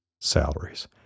salaries